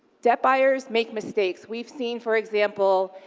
debt buyers make mistakes. we've seen, for example,